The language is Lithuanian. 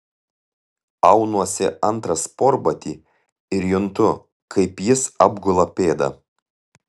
aunuosi antrą sportbatį ir juntu kaip jis apgula pėdą